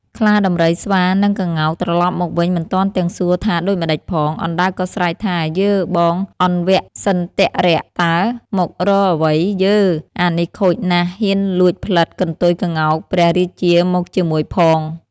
ខ្លា ដំរី ស្វា និងក្ងោក ត្រឡប់មកវិញមិនទាន់ទាំងសួរថាដូចម្ដេចផង អណ្ដើកក៏ស្រែកថា៖ "យើ! បងអវៈសិន្ទរតើ! មករកអ្វី? យើ! អានេះខូចណាស់ ហ៊ានលួចផ្លិតកន្ទុយក្ងោកព្រះរាជាមកជាមួយផង"។